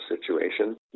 situation